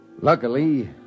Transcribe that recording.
Luckily